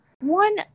one